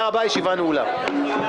שני נמנעים.